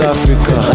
Africa